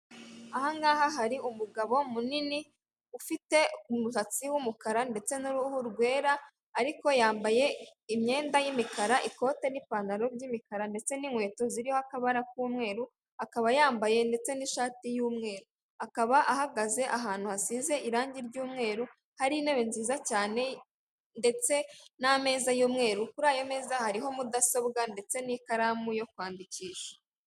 Aha ngaha hari umugabo munini, ufite umusatsi w'umukara ndetse n'uruhu rwera, ariko yambaye imyenda y'imikara, ikote n'ipantaro by'imikara ndetse n'inkweto ziriho akabara k'umweru, akaba yambaye ndetse n'ishati y'umweru. Akaba ahagaze ahantu hasize irangi ry'umweru, hari intebe nziza cyane ndetse n'ameza y'umweru, kuri ayo meza hariho mudasobwa ndetse n'ikaramu yo kwandikisha.